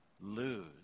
lose